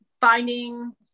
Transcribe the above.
finding